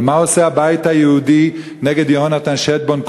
אבל מה עושה הבית היהודי נגד יונתן שטבון,